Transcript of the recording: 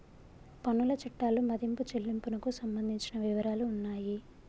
పన్నుల చట్టాలు మదింపు చెల్లింపునకు సంబంధించిన వివరాలు ఉన్నాయి